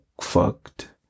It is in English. fucked